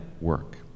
work